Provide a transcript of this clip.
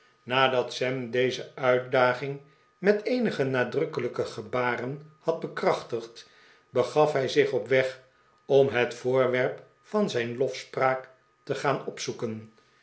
nadat sam deze uitdaging met eenige nadrukkelijke gebaren had bekrachtigd begaf hij zich op weg om het voorwerp van zijn lofspraak te gaan opzoeken